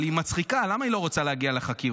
אבל היא מצחיקה, למה היא לא רוצה להגיע לחקירות?